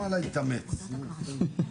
הצבעה אושרה.